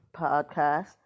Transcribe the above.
podcast